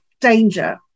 danger